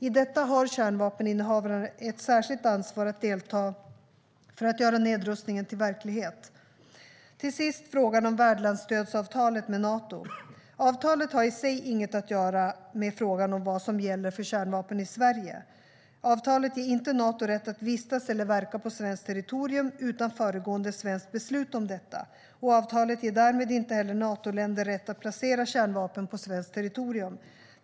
I detta har kärnvapeninnehavarna ett särskilt ansvar att delta för att göra nedrustningen till verklighet. Till sist vill jag beröra frågan om värdlandsstödsavtalet med Nato. Avtalet har i sig inget att göra med frågan om vad som gäller för kärnvapen i Sverige. Avtalet ger inte Nato rätt att vistas eller verka på svenskt territorium utan föregående svenskt beslut om detta. Avtalet ger därmed inte heller Natoländer rätt att placera kärnvapen på svenskt territorium.